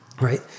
right